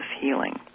healing